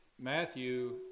Matthew